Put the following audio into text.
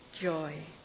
joy